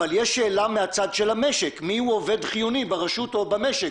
אבל יש שאלה מהצד של המשק - מיהו עובד חיוני ברשות או במשק,